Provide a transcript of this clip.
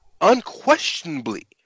unquestionably